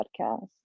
podcast